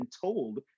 told